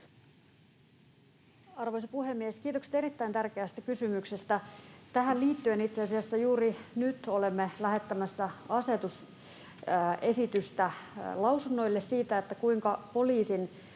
Arvoisa puhemies! Kiitokset erittäin tärkeästä kysymyksestä. Tähän liittyen itse asiassa juuri nyt olemme lähettämässä asetusesitystä lausunnoille siitä, kuinka poliisin